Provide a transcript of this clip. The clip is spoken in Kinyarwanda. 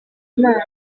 imana